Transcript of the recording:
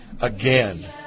again